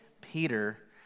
Peter